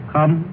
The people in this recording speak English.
Come